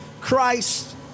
Christ